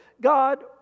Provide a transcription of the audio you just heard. God